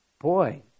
Boy